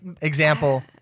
example